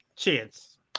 Chance